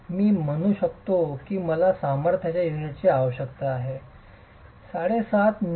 मी म्हणू शकतो की मला सामर्थ्याच्या युनिटची आवश्यकता आहे 10 7